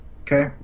Okay